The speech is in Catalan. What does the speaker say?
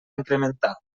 incrementar